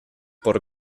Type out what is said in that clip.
por